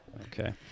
Okay